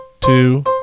two